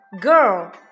girl